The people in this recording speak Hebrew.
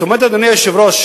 זאת אומרת, אדוני היושב-ראש,